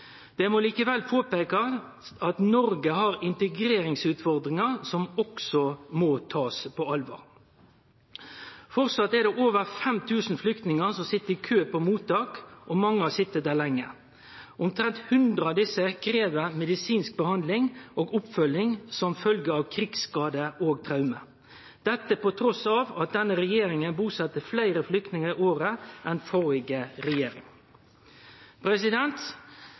Det må likevel påpeikast at Noreg har integreringsutfordringar, som også må takast på alvor. Framleis er det over 5 000 flyktningar som sit i kø på mottak, og mange har sete der lenge. Omtrent 100 av desse krev medisinsk behandling og oppfølging som følgje av krigsskadar og traume, dette trass i at denne regjeringa buset fleire flyktningar i året enn førre regjering.